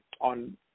on